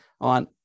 on